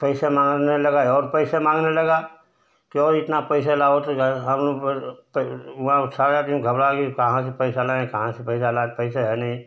पैसे माँगने लगा और पैसे माँगने लगा क्यों इतना पैसा लावत हो हम वहाँ सारा दिन घबरा गए कहाँ से पैसा लाएँ कहाँ से पैसा ला कर पैसे है नहीं